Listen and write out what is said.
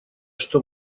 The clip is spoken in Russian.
что